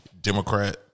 Democrat